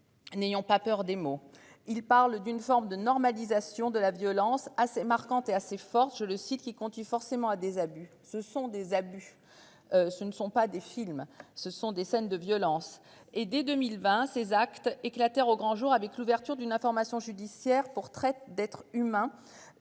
N'ayons pas peur des mots, il parle d'une forme de normalisation de la violence assez marquante est assez forte, je le cite, qui conduit forcément à des abus. Ce sont des abus. Ce ne sont pas des films, ce sont des scènes de violence et dès 2020, ses actes éclatèrent au grand jour avec l'ouverture d'une information judiciaire pour traite d'êtres humains.